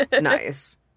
Nice